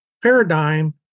paradigm